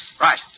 Right